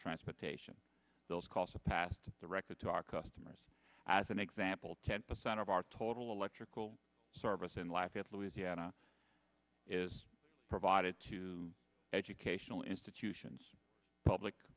transportation those costs are passed the record to our customers as an example ten percent of our total electrical service in life at louisiana is provided to educational institutions public